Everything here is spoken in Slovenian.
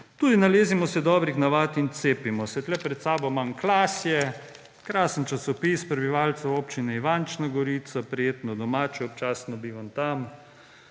Tudi »Nalezimo se dobrih navad in cepimo se«. Tu pred seboj imam Klasje, krasen časopis prebivalcev Občine Ivančna Gorica, Prijetno domače. Občasno bivam tam.